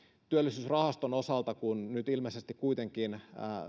työllisyysrahaston osalta kun nyt ilmeisesti kuitenkin